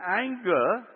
anger